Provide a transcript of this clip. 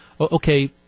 okay